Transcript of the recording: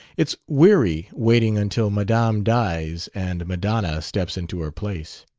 it's weary waiting until madame dies and madonna steps into her place.